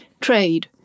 Trade